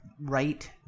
right